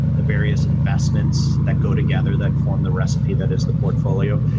the various investments that go together that form the recipe that is the portfolio.